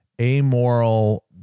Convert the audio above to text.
amoral